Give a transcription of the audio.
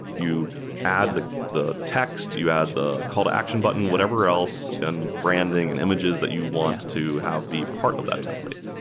you add the the text. you add the call to action button, whatever else, and branding, and images that you want to have be part of that template.